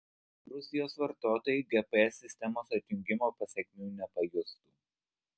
rusijos vartotojai gps sistemos atjungimo pasekmių nepajustų